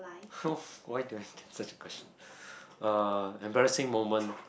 why do I pick such a question uh embarrassing moment